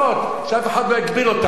שאף אחד לא יגביל אותנו,